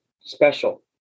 special